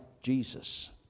Jesus